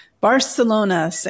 Barcelona